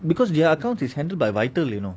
because their accounts is handled by vital you know